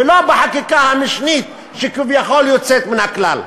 ולא בחקיקה המשנית שכביכול יוצאת מן הכלל.